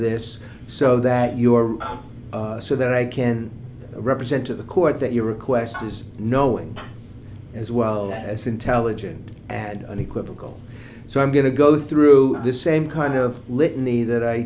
this so that you are so that i can represent to the court that your request is knowing as well as intelligent and unequivocal so i'm going to go through this same kind of litany that i